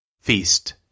Feast